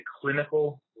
clinical